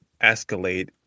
escalate